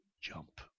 jump